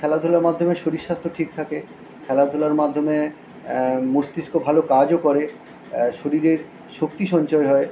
খেলাধুলার মাধ্যমে শরীর স্বাস্থ্য ঠিক থাকে খেলাধুলার মাধ্যমে মস্তিষ্ক ভালো কাজও করে শরীরের শক্তি সঞ্চয় হয়